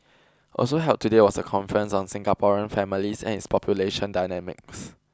also held today was a conference on Singaporean families and its population dynamics